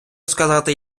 сказати